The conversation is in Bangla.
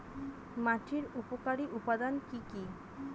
মাটির উপকারী উপাদান কি কি?